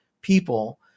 people